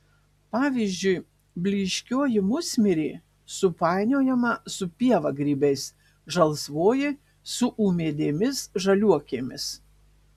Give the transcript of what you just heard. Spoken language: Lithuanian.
pavyzdžiui blyškioji musmirė supainiojama su pievagrybiais žalsvoji su ūmėdėmis žaliuokėmis